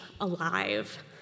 alive